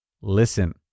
Listen